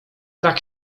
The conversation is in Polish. tak